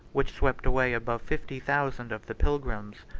which swept away above fifty thousand of the pilgrims.